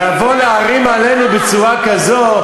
לבוא להערים עלינו בצורה כזאת?